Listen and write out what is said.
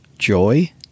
Joy